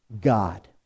God